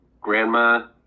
grandma